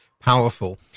powerful